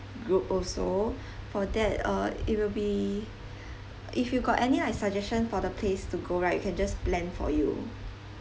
group also for that uh it will be if you got any like suggestion for the place to go right we can just plan for you